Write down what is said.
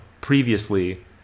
previously